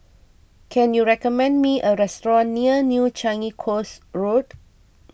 can you recommend me a restaurant near New Changi Coast Road